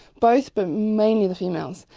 both, but mainly the females.